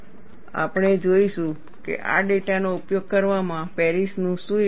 આપણે જોઈશું કે આ ડેટાનો ઉપયોગ કરવામાં પેરિસનું શું યોગદાન છે